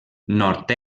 nord